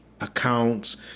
accounts